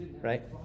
right